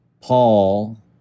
Paul